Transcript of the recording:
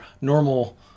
normal